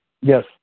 Yes